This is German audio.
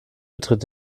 betritt